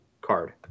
card